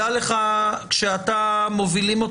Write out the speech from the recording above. כאשר מובילים אותו